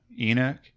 Enoch